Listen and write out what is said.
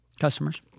customers